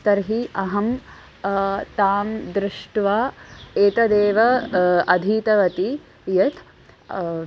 तर्हि अहं तां दृष्ट्वा एतदेव अधीतवती यत्